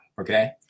okay